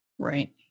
Right